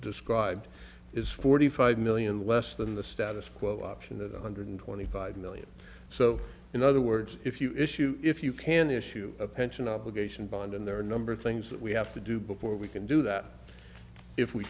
described is forty five million less than the status quo option of the hundred twenty five million so in other words if you issue if you can issue a pension obligation bond and there are a number of things that we have to do before we can do that if we